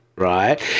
Right